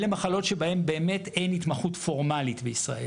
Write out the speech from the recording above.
אלה מחלות שבהן באמת אין התמחות פורמלית בישראל.